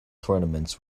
tournaments